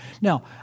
Now